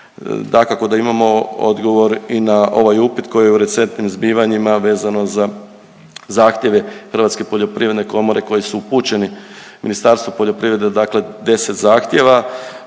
da imamo odgovor i na ovaj upit koji je u recentnim zbivanjima vezano za zahtjeve Hrvatske poljoprivredne komore koji su upućeni Ministarstvu poljoprivrede, dakle 10 zahtjeva,